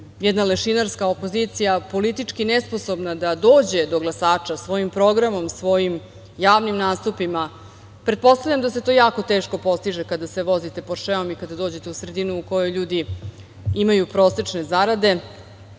jedna lešinarska opozicija, politički nesposobna da dođe do glasača svojim programom, svojim javnim nastupima. Pretpostavljam da se to jako teško postiže kada se vozite poršeom i kada dođete u sredinu u kojoj ljudi imaju prosečne zarade,